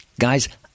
guys